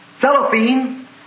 cellophane